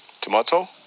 tomato